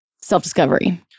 Self-discovery